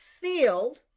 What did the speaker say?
field